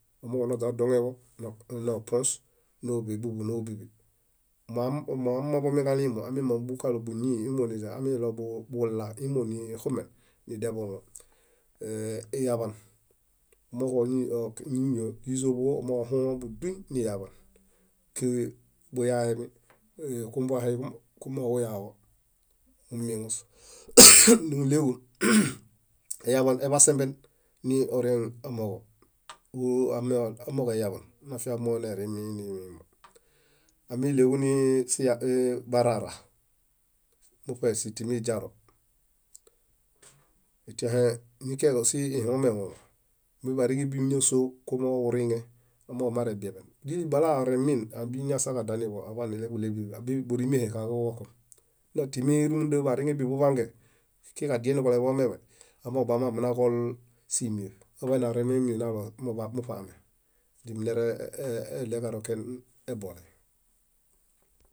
omooġo noźanodoŋeḃo nopuos nóḃe biḃunobiḃi, moamambomi kalimo amimaŋ kalo búñii, amimaŋ kalo bulaa imonixumen, nidiabomo. iɦaḃan, źízo omooġo ohũlo buduñ niɦḃan, kumooġo kuyaami iyaḃan mumieŋus eyaḃan eḃasemben nioreŋ amooġo. Amooġo eyaḃan nafia monerimi. amiɭéġu nibaraara, muṗe sitimi jaro, tẽhe nikieġe ósihi kuɦumeɦu biḃariŋe bíḃi ñáso kumooġoġuriŋe. Amooġo marebieḃen źili bala oremin abiḃi añasakadaaniḃo. bórimihe kaġoġokom. Natimi rumunda biḃariŋe bíḃo buḃangen kiġadie niġuebomeḃai, amooġo mareġol símieṗ nareremi nalo muṗaame źimuneereɭew karoken eboley.